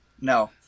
No